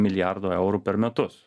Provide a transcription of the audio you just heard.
milijardo eurų per metus